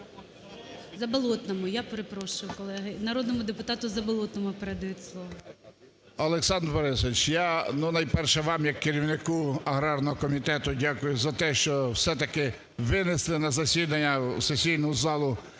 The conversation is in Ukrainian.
Заболотному, я перепрошую, колеги. Народному депутату Заболотному, передають слово. 11:04:36 ЗАБОЛОТНИЙ Г.М. Олександр Борисович, я найперше вам як керівнику аграрного комітету дякую за те, що все-таки винесено на засідання в сесійну залу